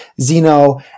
Zeno